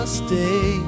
stay